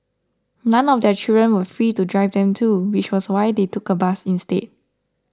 none of their children were free to drive them too which was why they took a bus instead